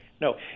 No